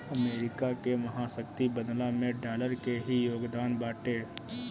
America के महाशक्ति बनला में डॉलर के ही योगदान बाटे